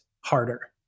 harder